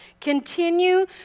continue